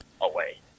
away